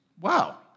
wow